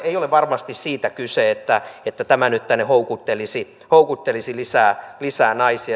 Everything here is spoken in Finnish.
ei ole varmasti siitä kyse että tämä nyt tänne houkuttelisi lisää naisia